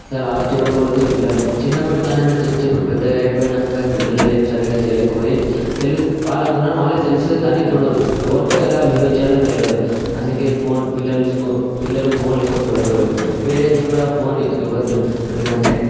అస్సలు అలా చూడకూడదు పిల్లలు చిన్నప్పటికాడనుండి చూస్తే ఇప్పుడు పెద్దాయిపోయినాకా పిల్లలు ఏం సరిగా చేయలేకపోయి తెలివి వాళ్లకున్న నాలెడ్జ్ తెలుస్తుంది కానీ ఇప్పుడు ఎవరితో ఎలా బిహేవ్ చేయాలో తెలియదు అందుకే ఫోన్ పిల్లలు స్కూ పిల్లలు ఫోన్లు ఎక్కువ చూడకూడదు పేరెంట్స్ కూడా ఫోన్ ఇవ్వద్దు ఎందుకంటే